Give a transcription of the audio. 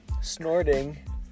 Snorting